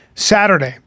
Saturday